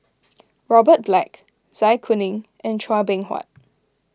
Robert Black Zai Kuning and Chua Beng Huat